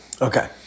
Okay